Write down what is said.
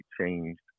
changed